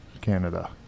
Canada